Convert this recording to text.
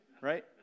right